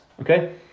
okay